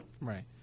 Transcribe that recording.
Right